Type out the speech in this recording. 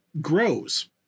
grows